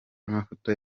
amafoto